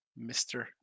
Mr